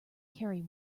carry